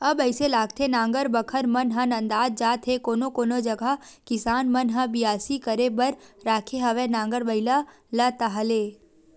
अब अइसे लागथे नांगर बखर मन ह नंदात जात हे कोनो कोनो जगा किसान मन ह बियासी करे बर राखे हवय नांगर बइला ला ताहले